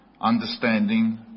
understanding